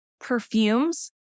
perfumes